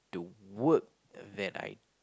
the work that I